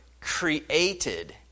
created